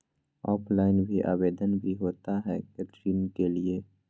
Offline भी आवेदन भी होता है ऋण के लिए?